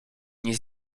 nie